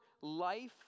life